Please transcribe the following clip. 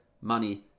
money